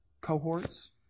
cohorts